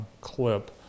clip